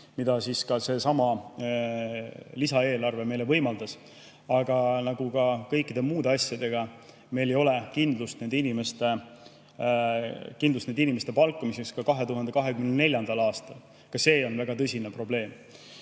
mida seesama lisaeelarve meile võimaldas. Aga nagu kõikide muude asjadega, meil ei ole kindlust nende inimeste palkamiseks ka 2024. aastal. Ka see on väga tõsine probleem.